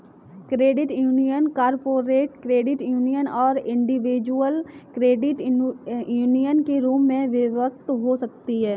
credit union corporate credit union और individual credit union के रूप में विभक्त हो सकती हैं